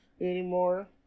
anymore